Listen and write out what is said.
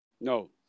No